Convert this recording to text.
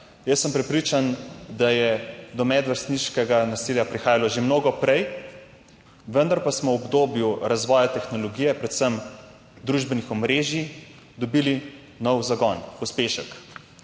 Jaz sem prepričan, da je do medvrstniškega nasilja prihajalo že mnogo prej, vendar pa smo v obdobju razvoja tehnologije, predvsem družbenih omrežij, dobili nov zagon, pospešek.